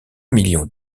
millions